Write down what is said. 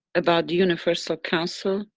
about the universal council,